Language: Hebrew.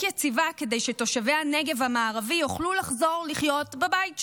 יציבה כדי שתושבי הנגב המערבי יוכלו לחזור לחיות בבית שלהם,